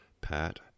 Pat